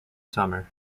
summer